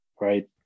right